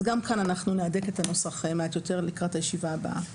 אז גם כאן נהדק את הנוסח קצת יותר לקראת הישיבה הבאה.